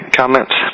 comments